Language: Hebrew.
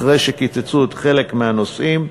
אחרי שקיצצו חלק מהנושאים,